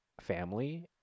family